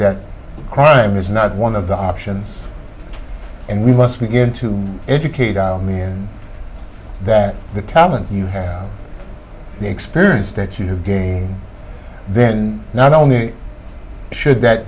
that crime is not one of the options and we must begin to educate me and that the talent you have the experience that you have gained then not only should that